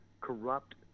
corrupt